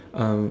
um